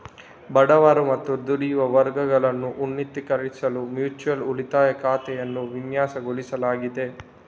ಬಡವರು ಮತ್ತು ದುಡಿಯುವ ವರ್ಗಗಳನ್ನು ಉನ್ನತೀಕರಿಸಲು ಮ್ಯೂಚುಯಲ್ ಉಳಿತಾಯ ಖಾತೆಯನ್ನು ವಿನ್ಯಾಸಗೊಳಿಸಲಾಗಿದೆ